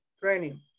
training